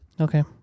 Okay